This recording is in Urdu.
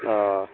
ہ